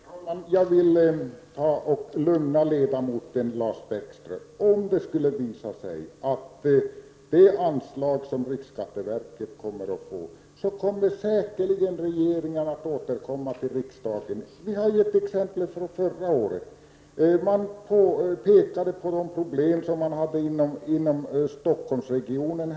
Herr talman! Jag vill försöka lugna ledamoten Lars Bäckström. Om det skulle visa sig att det anslag som riksskatteverket får inte räcker till, återkommer regeringen säkerligen till riksdagen med förslag om ytterligare anslag. Vi har ett exempel från förra året. Riksskatteverket pekade på de problem som man hade inom Stockholmsregionen.